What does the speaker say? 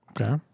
Okay